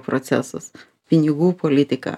procesus pinigų politiką